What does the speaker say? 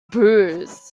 bruise